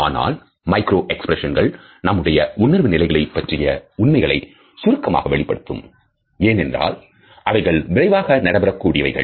ஆனால் மைக்ரோ எக்ஸ்பிரஷன்கள் நம்முடைய உணர்வு நிலைகளை பற்றிய உண்மைகளை சுருக்கமாக வெளிப்படுத்தும் ஏனென்றால் அவைகள் விரைவாக நடைபெற கூடியவைகள்